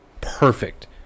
perfect